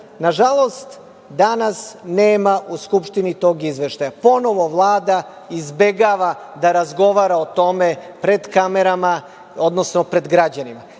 Korone. Nažalost, danas nema u Skupštini tog izveštaja. Ponovo Vlada izbegava da razgovara o tome pred kamerama, odnosno pred građanima.